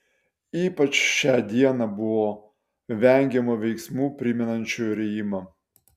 ypač šią dieną buvo vengiama veiksmų primenančių rijimą